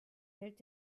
hält